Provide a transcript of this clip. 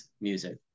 music